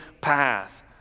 path